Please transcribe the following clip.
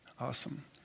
Awesome